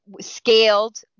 scaled